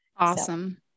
Awesome